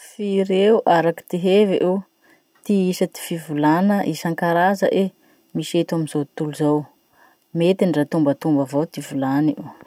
Firy eo araky ty hevy o ty isa ty fivolana isankaraza e misy eto amy zao tontolo zao. Mety ndra tombatomba avao ty volany o.